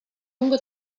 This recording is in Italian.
lungo